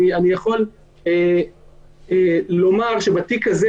אני יכול לומר שהתיק הזה